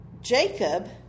Jacob